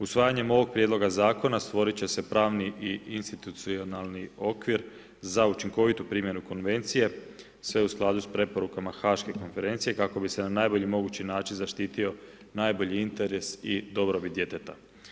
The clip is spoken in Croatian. Usvajanjem ovog prijedlogom zakona, stvorit će se pravni i institucionalni okvir za učinkovitu primjenu konvencije, sve u skladu s preporukom haške konferencije kako bi se na najbolji mogući način zaštitio najbolji interes i dobrobit djeteta.